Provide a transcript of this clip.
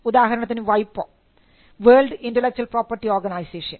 ഉദാഹരണത്തിന് വൈപോ world intellectual property organisation